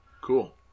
Cool